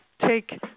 take